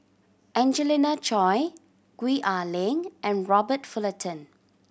Angelina Choy Gwee Ah Leng and Robert Fullerton